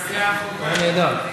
היה נהדר.